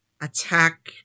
attack